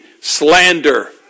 slander